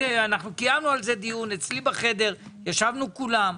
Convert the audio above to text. קיימנו על זה דיון אצלי בחדר, ישבנו כולם.